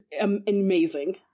amazing